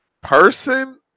person